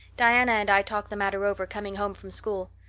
diana and i talked the matter over coming home from school.